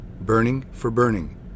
burning-for-burning